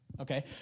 okay